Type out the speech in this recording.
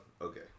Okay